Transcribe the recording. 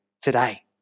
today